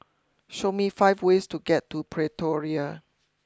show me five ways to get to Pretoria